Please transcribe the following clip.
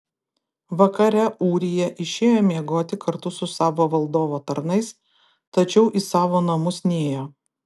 vakare ūrija išėjo miegoti kartu su savo valdovo tarnais tačiau į savo namus nėjo